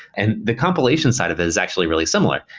and the compilation side of it is actually really similar.